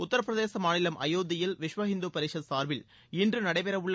உத்தரபிரதேச மாநிலம் அயோத்தியில் விஸ்வ இந்து பரிஷத் சார்பில் இன்று நடைபெறவுள்ள